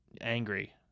angry